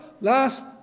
last